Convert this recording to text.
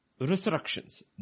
resurrections